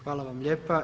Hvala vam lijepa.